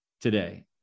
today